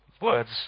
words